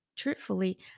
Truthfully